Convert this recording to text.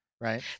right